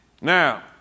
Now